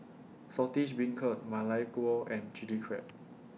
Saltish Beancurd Ma Lai Gao and Chilli Crab